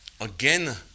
again